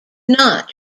not